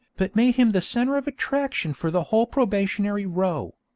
but made him the centre of attraction for the whole probationary row.